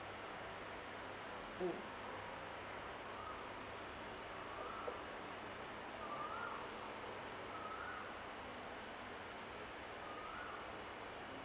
mm